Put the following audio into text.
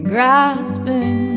Grasping